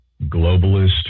globalist